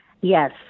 Yes